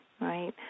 right